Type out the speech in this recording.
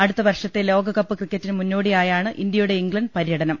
അടുത്ത വർഷത്തെ ലോകകപ്പ് ക്രിക്കറ്റിന് മുന്നോടിയായാണ് ഇന്ത്യയുടെ ഇംഗ്ലണ്ട് പര്യടനം